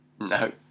No